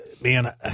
man